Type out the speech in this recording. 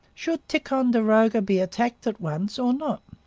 should ticonderoga be attacked at once or not?